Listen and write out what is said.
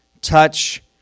touch